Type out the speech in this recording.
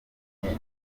byiza